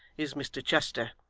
is mr chester,